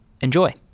Enjoy